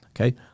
Okay